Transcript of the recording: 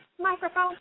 Microphone